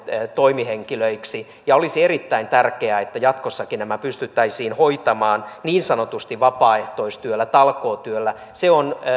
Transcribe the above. toimihenkilöiksi ja olisi erittäin tärkeää että jatkossakin nämä pystyttäisiin hoitamaan niin sanotusti vapaaehtoistyöllä talkootyöllä se on